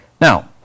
Now